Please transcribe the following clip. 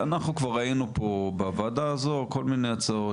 אנחנו כבר ראינו פה בוועדה הזו כל מיני הצעות